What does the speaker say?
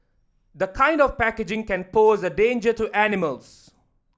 the kind of packaging can pose a danger to animals